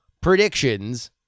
predictions